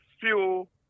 fuel